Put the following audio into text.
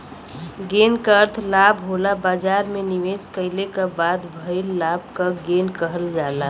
gain क अर्थ लाभ होला बाजार में निवेश कइले क बाद भइल लाभ क गेन कहल जाला